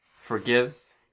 forgives